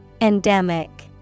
Endemic